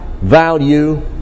value